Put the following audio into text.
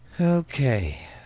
Okay